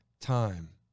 time